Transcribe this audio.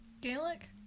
Gaelic